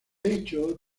hecho